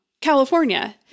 California